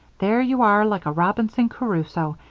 there you are like a robinson crusoe,